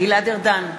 גלעד ארדן,